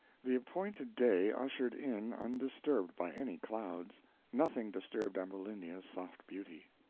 the appointed day ushered in undisturbed by any clouds nothing disturbed ambulinia's soft beauty.